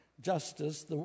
Justice